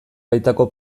baitako